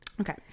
Okay